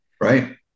Right